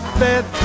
bed